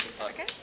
Okay